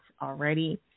already